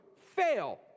fail